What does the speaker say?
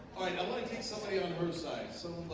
wanna take somebody on her side. some